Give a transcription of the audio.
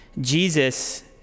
Jesus